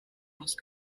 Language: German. aus